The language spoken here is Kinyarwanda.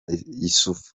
issoufou